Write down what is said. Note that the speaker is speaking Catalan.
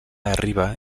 arriba